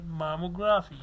mammography